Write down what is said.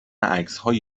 عکسهای